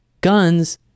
guns